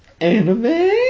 Anime